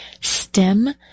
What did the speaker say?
STEM